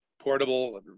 Portable